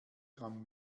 gramm